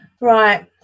right